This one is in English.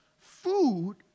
food